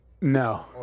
No